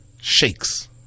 Shakes